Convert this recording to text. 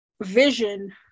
vision